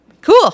Cool